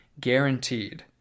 Guaranteed